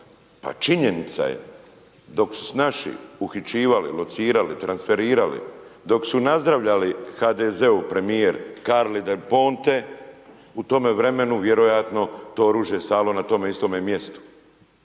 Pa činjenica je dok su se naši uhićivali, locirali, transferirali, dok su nazdravljali HDZ-e premijer Carli Del Ponte u tome vremenu vjerojatno to oružje je stajalo na tome istome mjestu.